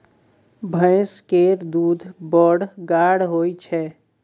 भैंस केर दूध बड़ गाढ़ होइ छै